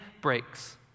breaks